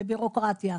בבירוקרטיה.